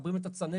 מחברים את הצנרת,